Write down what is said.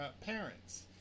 parents